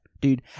dude